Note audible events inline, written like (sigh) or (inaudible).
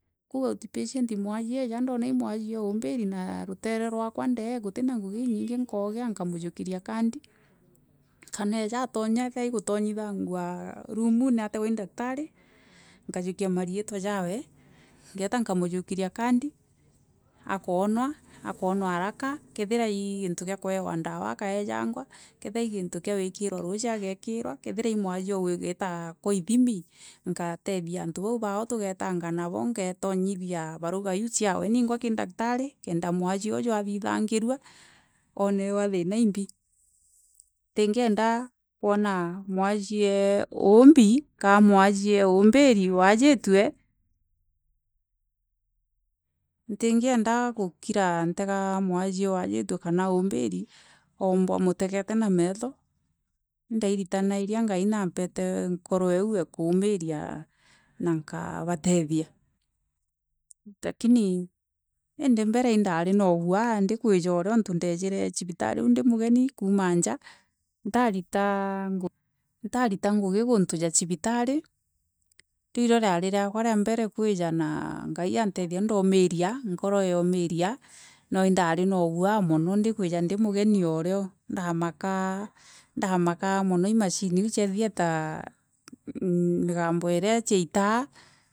Kou outpatient mwajie eeja uumbiri na ruteere rwaka ndee kutina ngugi inyingi kaugea tikamujukiria kadi kana eeja antonya ethera ikotonyethangua roomune ategwa ii daktari, nkajukia marietwa jawe, nkeeta nkamujukiria kadi akaonwa haraka kethirwa Ii gintu kia kuewa dawa akaewa kethirwa i gintu gia gwikirwa ruji agekirwa kethirwa i mwajie o gwita kwa ithimi nkatethia antu bau bao tugetanga nabo ngatonyethia baruga iu ciawe kiri daktari kenda mwajie uja athithangirwa oonewa thiina imbi ntingi enda koona mwajie uumbi kana mwajie (hesitation) ntingi enda koona mwajie waajitue kana uumbi aumbwa mutegete na meetho: indairitaniiria ngai nampete nkoro iu e kuumiria na nkaabatethia lakini indi mbere indari na uguaa ndikwija ooreo onto ndeejire cibitari ndi mageni kuuma nja, ntaarita ngugi kuntu ja cibitari riu irio riare riakwa ria mbere kwija na ngai aantethia ndaumiria nkoro yaumiria no indari na uguaa mono ndikwija ndi mugeni orio indamakaga mono mashini hiu cia theatre migambo iria ciataga.